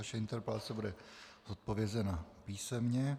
Vaše interpelace bude odpovězena písemně.